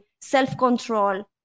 self-control